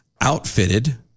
Outfitted